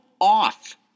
off